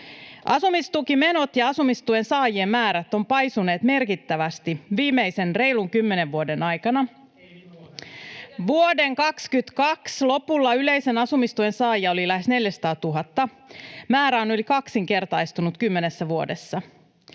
Asumistukimenot ja asumistuen saajien määrä ovat kasvaneet merkittävästi viimeisen reilun kymmenen vuoden aikana. Vuoden 2022 lopulla yleisen asumistuen saajia oli lähes 400 000. Määrä on yli kaksinkertaistunut kymmenessä vuodessa.